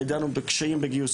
דנו בקשיים בגיוס,